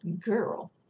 girl